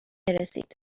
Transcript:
رسید